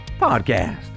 podcast